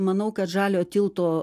manau kad žaliojo tilto